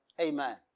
Amen